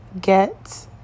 get